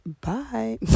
bye